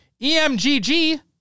EMGG